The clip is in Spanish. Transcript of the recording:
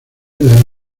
del